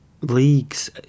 leagues